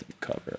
cover